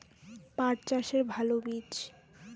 পাঠ চাষের ভালো বীজ?